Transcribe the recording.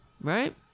Right